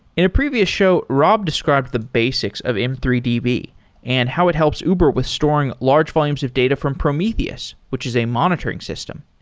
in a previous show, rob described the basics of m three d b and how it helps uber with storing large volumes of data from prometheus, which is a monitoring system.